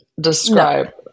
describe